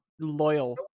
loyal